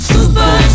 Super